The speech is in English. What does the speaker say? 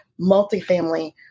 multifamily